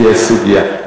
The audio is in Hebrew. כי הסוגיה,